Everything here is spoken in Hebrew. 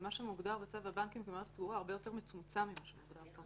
מה שמוגדר בצו הבנקים במערכת סגורה הרבה יותר מצומצם ממה שמוגדר פה.